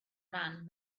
man